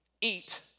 eat